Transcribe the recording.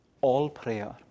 all-prayer